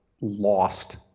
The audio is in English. lost